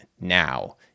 now